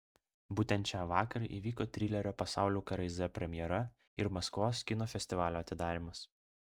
būtent čia vakar įvyko trilerio pasaulių karai z premjera ir maskvos kino festivalio atidarymas